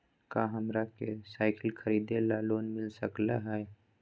का हमरा के साईकिल खरीदे ला लोन मिल सकलई ह?